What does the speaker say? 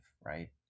right